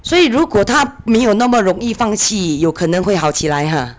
所以如果她没有那么容易放弃有可能会好起来 ha